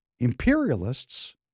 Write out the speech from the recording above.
imperialists